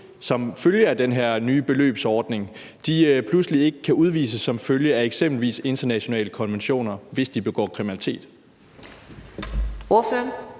som følge af den her nye beløbsordning, pludselig ikke kan udvises som følge af eksempelvis internationale konventioner, hvis de begår kriminalitet.